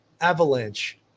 avalanche